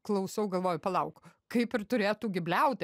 klausau galvoju palauk kaip ir turėtų gi bliauti